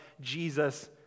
Jesus